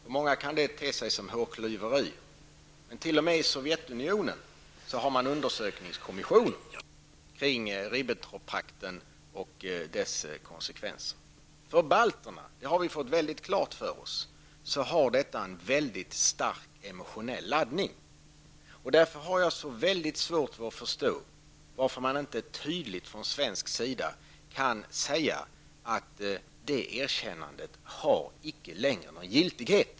För många kan det te sig som hårklyverier, men t.o.m. i Sovjetunionen har man undersökningskommissioner kring Ribbentroppakten och dess konsekvenser. För balterna, det har vi fått klart för oss, har detta en mycket stark emotionell laddning, och därför har jag mycket svårt att förstå varför man inte från svensk sida tydligt kan säga att det erkännandet icke längre har någon giltighet.